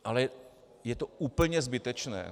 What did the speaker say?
Ale je to úplně zbytečné.